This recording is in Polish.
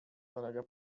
kolega